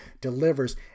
delivers